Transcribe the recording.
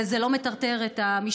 וזה לא מטרטר את המשפחות.